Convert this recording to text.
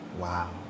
Wow